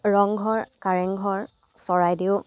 Rang Ghar Karengghar Charaideo